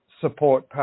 support